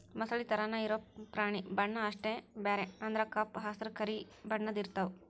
ಮೊಸಳಿ ತರಾನ ಇರು ಪ್ರಾಣಿ ಬಣ್ಣಾ ಅಷ್ಟ ಬ್ಯಾರೆ ಅಂದ್ರ ಕಪ್ಪ ಹಸರ, ಕರಿ ಬಣ್ಣದ್ದು ಇರತಾವ